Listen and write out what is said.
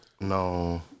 No